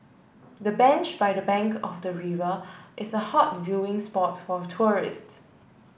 the bench by the bank of the river is a hot viewing spot for tourists